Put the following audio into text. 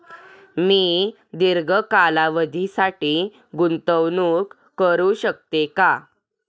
मी दीर्घ कालावधीसाठी गुंतवणूक करू शकते का?